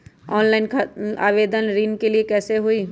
Online आवेदन ऋन के लिए कैसे हुई?